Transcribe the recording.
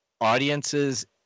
audiences